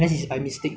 so it's mine ah